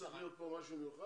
מה, צריך להיות פה משהו מיוחד?